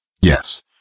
Yes